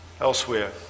Elsewhere